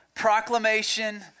proclamation